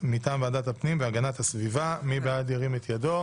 ועדת הפנים והגנת הסביבה וועדת המדע והטכנולוגיה,